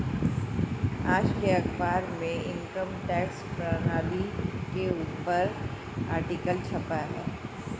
आज के अखबार में इनकम टैक्स प्रणाली के ऊपर आर्टिकल छपा है